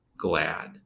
glad